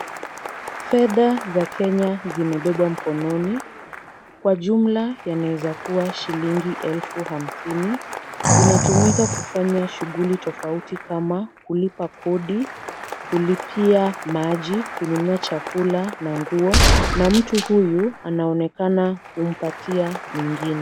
Fedha za Kenya zimebebwa mkononi. Kwa jumla yanaweza kuwa shilingi elfu hamsini. Zinatumika kufanya shughuli tofauti kama kulipa kodi, kulipia maji, kununua chakula na nguo na mtu huyu anaonekana kumpatia mwingine.